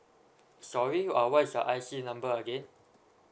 sorry uh what is your I_C number again